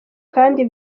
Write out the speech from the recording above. kandi